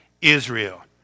Israel